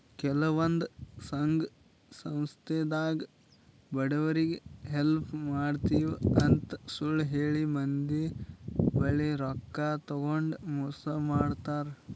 ಕೆಲವಂದ್ ಸಂಘ ಸಂಸ್ಥಾದಾಗ್ ಬಡವ್ರಿಗ್ ಹೆಲ್ಪ್ ಮಾಡ್ತಿವ್ ಅಂತ್ ಸುಳ್ಳ್ ಹೇಳಿ ಮಂದಿ ಬಲ್ಲಿ ರೊಕ್ಕಾ ತಗೊಂಡ್ ಮೋಸ್ ಮಾಡ್ತರ್